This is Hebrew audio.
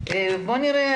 אני מאד מתחבר